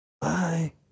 Bye